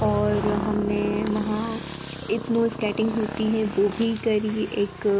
और हमने वहाँ इस्नों इस्कैटिंग होती है वो भी करी एक